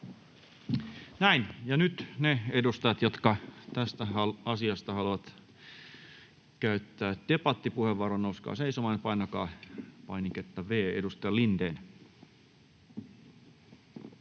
Näin. — Nyt ne edustajat, jotka tästä asiasta haluavat käyttää debattipuheenvuoron, nouskaa seisomaan ja painakaa painiketta V. — Edustaja Lindén.